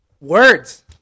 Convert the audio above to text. Words